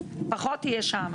אז פחות יהיה שם.